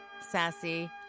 sassy